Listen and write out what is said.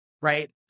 right